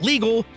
Legal